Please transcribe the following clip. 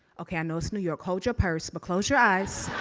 okay, i know it's new york, hold your purse, but close your eyes.